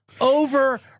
over